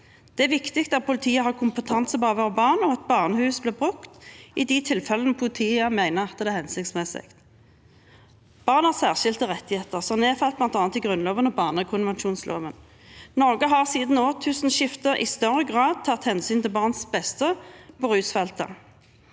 Det er viktig at politiet har kompetanse på avhør av barn, og at barnehus blir brukt i de tilfellene politiet mener at det er hensiktsmessig. Barnas særskilte rettigheter er nedfelt bl.a. i Grunnloven og i barnekonvensjonen. Norge har siden årtusenskiftet i større grad tatt hensyn til barns beste på justisfeltet.